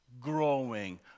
Growing